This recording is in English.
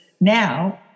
Now